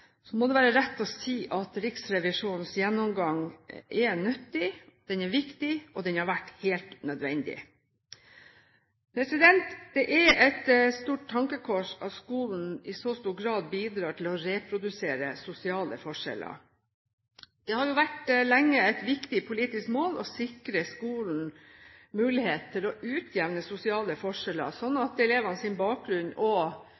så stor grad bidrar til å reprodusere sosiale forskjeller. Det har lenge vært et viktig politisk mål å sikre skolen muligheter til å utjevne sosiale forskjeller,